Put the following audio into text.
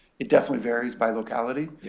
it definitely varies by locality,